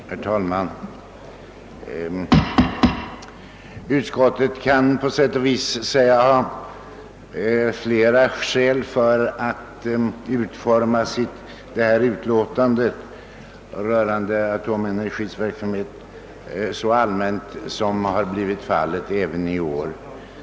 Herr talman! Utskottet kan på sätt och vis sägas ha haft flera skäl för att utforma sitt utlåtande rörande Atomenergis verksamhet så allmänt som det gjort även i år.